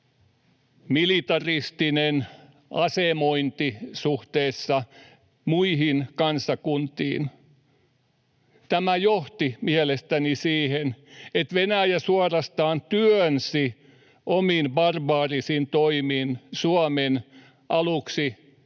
militaristinen asemointi suhteessa muihin kansakuntiin johti mielestäni siihen, että Venäjä suorastaan työnsi omin barbaarisin toimin Suomen aluksi